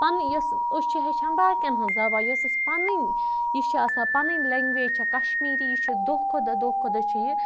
پَنٕںۍ یُس أسۍ چھِ ہیٚچھان باقیَن ہٕنٛز زبان یُس اَسہِ پَنٕنۍ یہِ چھِ آسان پَنٕںۍ لنٛگویج چھےٚ کشمیٖری یہِ چھِ دۄہ کھۄتہٕ دۄہ دۄہ کھۄتہٕ دۄہ چھےٚ یہِ